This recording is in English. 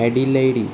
Adelaide